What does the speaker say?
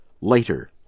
later